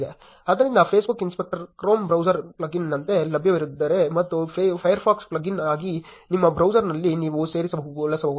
ಆದ್ದರಿಂದ Facebook inspector Chrome browser ಪ್ಲಗಿನ್ನಂತೆ ಲಭ್ಯವಿದ್ದರೆ ಮತ್ತು Firefox ಪ್ಲಗಿನ್ ಆಗಿ ನಿಮ್ಮ ಬ್ರೌಸರ್ನಲ್ಲಿ ನೀವು ಸೇರಿಸಿ ಬಳಸಬಹುದು